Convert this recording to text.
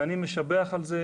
ואני משבח על זה.